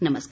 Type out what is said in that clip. नमस्कार